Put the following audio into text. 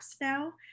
now